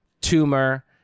tumor